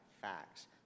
facts